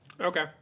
Okay